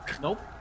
Nope